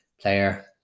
player